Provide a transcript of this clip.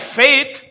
faith